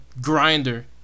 grinder